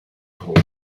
called